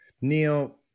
Neil